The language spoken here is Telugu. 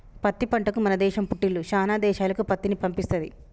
పత్తి పంటకు మన దేశం పుట్టిల్లు శానా దేశాలకు పత్తిని పంపిస్తది